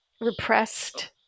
repressed